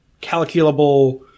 calculable